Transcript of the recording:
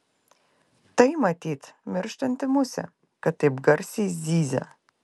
tai matyt mirštanti musė kad taip garsiai zyzia